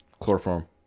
chloroform